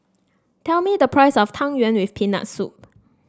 tell me the price of Tang Yuen with Peanut Soup